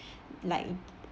like